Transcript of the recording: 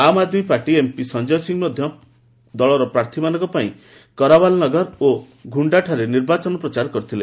ଆମ୍ Aadmi Party MP Sanjay Singh ମଧ୍ୟ party ପ୍ରାର୍ଥୀମାନଙ୍କ ପାଇଁ କରାୱାଲନଗର ଓ ଘୁଣ୍ଡାଠାରେ ନିର୍ବାଚନ ପ୍ରଚାର କରିଥିଲେ